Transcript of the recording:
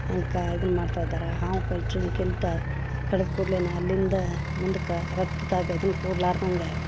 ಅದಕ್ಕೆ ಇದನ್ನು ಮಾಡ್ತಾಯಿದಾರ ಹಾವು ಕಚ್ಚೋದ್ಕಿಂತ ಕಡಿದ ಕೂಡಲೇ ನಾ ಅಲ್ಲಿಂದ ಮುಂದಕ್ಕೆ ರಕ್ತದಾಗ ಇದನ್ನು ಕೂಡಲಾರ್ದಂಗ